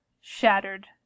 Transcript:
shattered